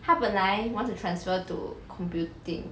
他本来 want to transfer to computing